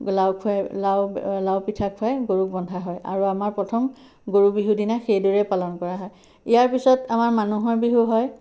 লাও খুৱাই লাও লাও পিঠা খুৱাই গৰুক বন্ধা হয় আৰু আমাৰ প্ৰথম গৰু বিহুৰ দিনা সেইদৰেই পালন কৰা হয় ইয়াৰ পিছত আমাৰ মানুহৰ বিহু হয়